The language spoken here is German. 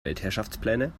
weltherrschaftspläne